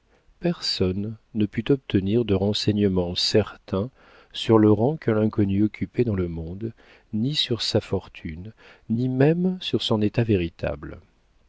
personne ne put obtenir de renseignements certains sur le rang que l'inconnue occupait dans le monde ni sur sa fortune ni même sur son état véritable